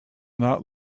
not